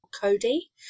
Cody